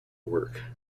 work